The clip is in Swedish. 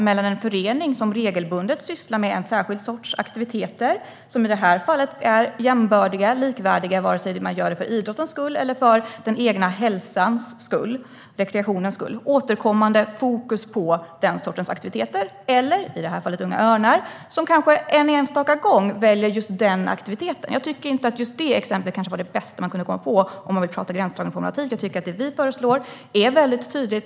Det ena är en förening som regelbundet sysslar med en särskild sorts aktiviteter, som i det här fallet är jämbördiga och likvärdiga vare sig man gör det för idrottens skull eller för den egna hälsans och rekreationens skull. Man gör det återkommande och med fokus på den sortens aktiviteter. Det andra, i det här fallet Unga Örnar, är en förening som kanske någon enstaka gång väljer just denna aktivitet. Jag tycker kanske inte att detta exempel var det bästa man kan komma på om man vill prata gränsdragningsproblematik. Jag tycker att det vi föreslår är tydligt.